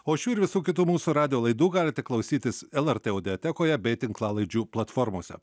o šių ir visų kitų mūsų radijo laidų galite klausytis lrt audiatekoje bei tinklalaidžių platformose